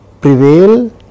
prevail